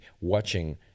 watching